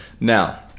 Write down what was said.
Now